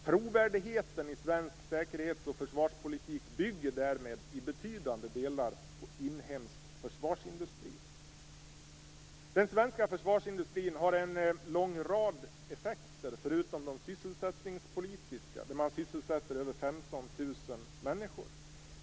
Trovärdigheten i svensk säkerhets och försvarspolitik bygger därmed i betydande delar på inhemsk försvarsindustri. Den svenska försvarsindustrin har en lång rad effekter förutom de sysselsättningspolitiska - den sysselsätter över 15 000 människor.